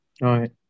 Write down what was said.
right